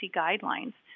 guidelines